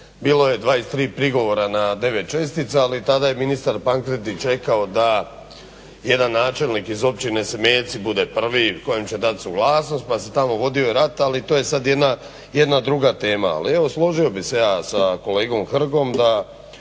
bilo je 23 prigovora na 9 čestica ali tada je ministar Pankretić rekao da jedan načelnik iz općine Semeljci bude prvi kojem će dat suglasnost pa se tamo vodio rat, ali to je sad jedna druga tema. Ali evo složio bih se ja sa kolegom Hrgom da